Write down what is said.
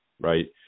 right